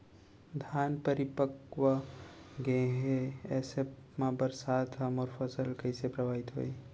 धान परिपक्व गेहे ऐसे म बरसात ह मोर फसल कइसे प्रभावित होही?